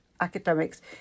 academics